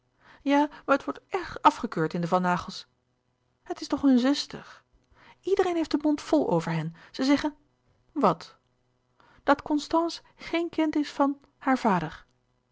ja maar het wordt erg afgekeurd in de van naghels het is toch hun zuster iedereen heeft den mond vol over hen ze zeggen wat dat constance geen kind is van haar vader